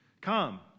come